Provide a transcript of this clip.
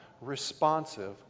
responsive